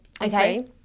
okay